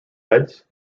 heads